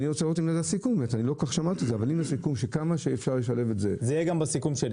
אם יש סיכום שכמה שאפשר לשלב את זה --- זה יהיה בסיכום שלי.